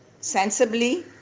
sensibly